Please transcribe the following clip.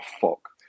fuck